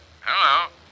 Hello